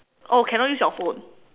oh cannot use your phone